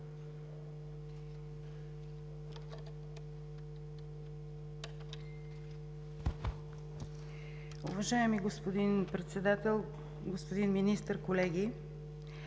Уважаеми господин Председател, господин Министър, колеги!